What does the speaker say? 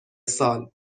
سال